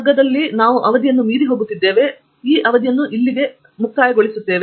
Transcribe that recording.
ಫಣಿಕುಮಾರ್ ಆದ್ದರಿಂದ ನಾನು ಅದನ್ನು ಸಂಶೋಧನೆ ಮಾಡಲು ಬಯಸಿದರೆ ಅದನ್ನು ಹೇಳುವಂತೆ ನಾನು ಹೇಳುತ್ತೇನೆ